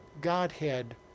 Godhead